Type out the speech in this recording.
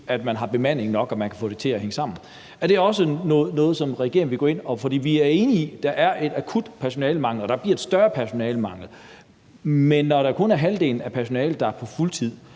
skal være bemanding nok, så de kan få det til at hænge sammen. Er det også noget, som regeringen vil gå ind i? Vi er enige i, at der er en akut personalemangel, og der bliver en større personalemangel, men når det kun er halvdelen af personalet, der er på fuld tid,